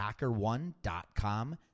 HackerOne.com